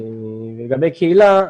לגבי קהילה,